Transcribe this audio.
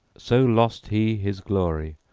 so lost he his glory,